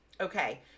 okay